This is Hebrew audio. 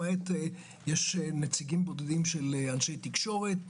יש נציגים בודדים של אנשי תקשורת,